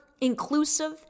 inclusive